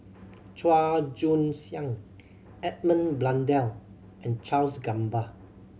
Chua Joon Siang Edmund Blundell and Charles Gamba